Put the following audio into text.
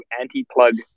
anti-plug